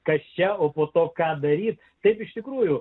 kas čia o po to ką daryti taip iš tikrųjų